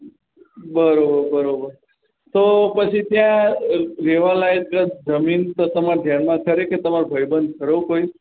બરાબર બરાબર તો પછી ત્યાં રહેવાલાયક જમીન તો તમારા ધ્યાનમાં ખરી કે તમારો ભાઇબંધ ખરો કોઈ